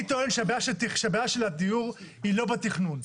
אני טוען שהבעיה של הדיור היא לא בתכנון,